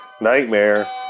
nightmare